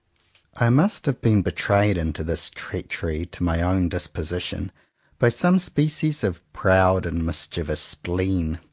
i must have been betrayed into this treachery to my own disposition by some species of proud and mischievous spleen,